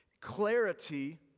Clarity